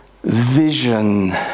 Vision